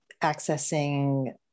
accessing